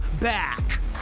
back